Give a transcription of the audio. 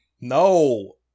No